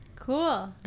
Cool